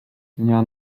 dnia